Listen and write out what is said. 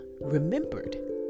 remembered